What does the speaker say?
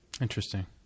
Interesting